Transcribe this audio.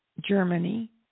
Germany